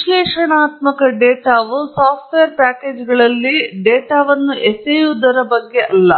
ವಿಶ್ಲೇಷಣಾತ್ಮಕ ಡೇಟಾವು ಸಾಫ್ಟ್ವೇರ್ ಪ್ಯಾಕೇಜ್ಗಳಲ್ಲಿ ಡೇಟಾವನ್ನು ಎಸೆಯುವುದರ ಬಗ್ಗೆ ಅಲ್ಲ